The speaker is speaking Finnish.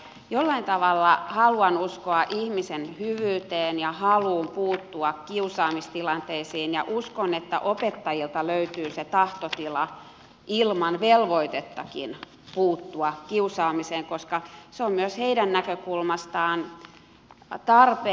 jollain tavalla haluan uskoa ihmisen hyvyyteen ja haluun puuttua kiusaamistilanteisiin ja uskon että opettajilta löytyy se tahtotila ilman velvoitettakin puuttua kiusaamiseen koska se on myös heidän näkökulmastaan tarpeen